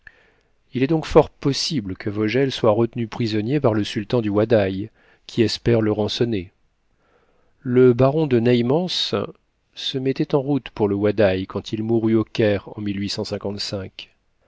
il est donc fort possible que vogel soit retenu prisonnier par le sultan du wadaï qui espère le rançonner le baron de neimans se mettait en route pour le wadaï quand il mourut au caire en